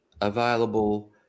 available